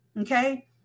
okay